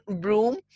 broom